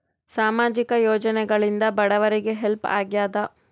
ಸಾಮಾಜಿಕ ಯೋಜನೆಗಳಿಂದ ಬಡವರಿಗೆ ಹೆಲ್ಪ್ ಆಗ್ಯಾದ?